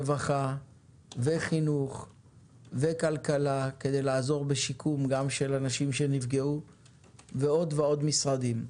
הרווחה ומשרד החינוך ומשרד הכלכלה ועוד ועוד משרדים,